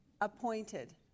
appointed